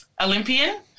Olympian